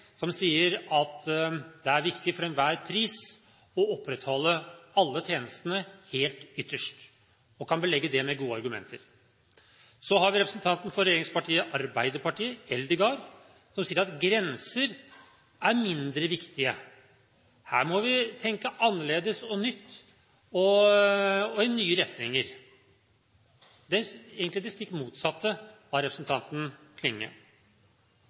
som sier at det er viktig for enhver pris å opprettholde alle tjenestene, helt ytterst, og kan belegge det med gode argumenter. Så har vi representanten for regjeringspartiet Arbeiderpartiet, Eldegard, som sier at grenser er mindre viktige. Her må vi tenke annerledes og nytt, og i nye retninger – egentlig det stikk motsatte av representanten Klinge.